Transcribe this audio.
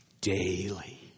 daily